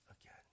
again